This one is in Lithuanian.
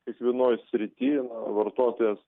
kiekvienoj srity vartotojas